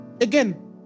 Again